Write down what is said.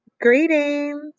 Greetings